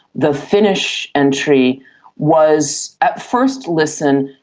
the finnish entry was, at first listen,